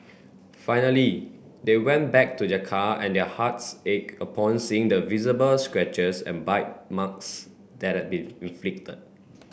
finally they went back to their car and their hearts ached upon seeing the visible scratches and bite marks that had been inflicted